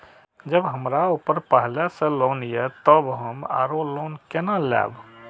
जब हमरा ऊपर पहले से लोन ये तब हम आरो लोन केना लैब?